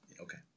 Okay